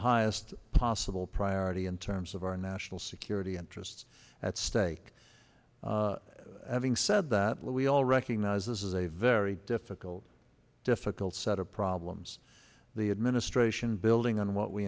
highest possible priority in terms of our national security interests at stake having said that we all recognize this is a very difficult difficult set of problems the administration building on what we